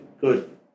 good